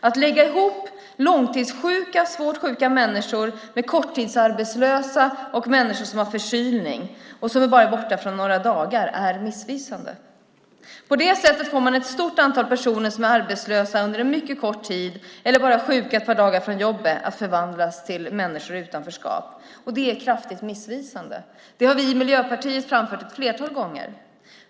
Att lägga ihop långtidssjuka och svårt sjuka människor med korttidsarbetslösa och människor som har en förkylning och bara är borta några dagar är missvisande. På det sättet får man ett stort antal personer som är arbetslösa under en mycket kort tid eller bara sjuka ett par dagar från jobbet att förvandlas till människor i utanförskap. Det är kraftigt missvisande. Det har vi i Miljöpartiet framfört ett flertal gånger.